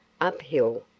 uphill